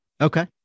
Okay